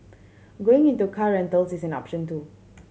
going into car rentals is an option too